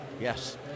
Yes